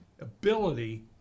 ability